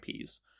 IPs